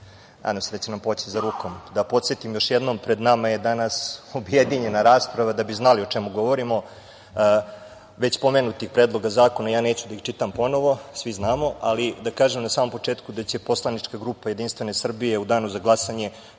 se da će nam poći za rukom. Da podsetim još jednom, pred nama je danas objedinjena rasprava, da bi znali o čemu govorimo, već pomenutih predloga zakona, ja ih neću čitati ponovo, svi znamo, ali da kažem na samom početku da će poslanička grupa JS u danu za glasanje